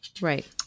Right